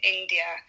India